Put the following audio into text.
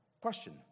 Question